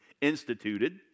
instituted